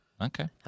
okay